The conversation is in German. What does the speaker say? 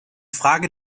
frage